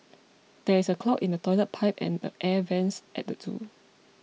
there is a clog in the Toilet Pipe and the Air Vents at the zoo